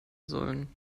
sollen